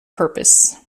purpose